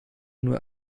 nur